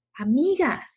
amigas